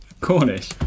Cornish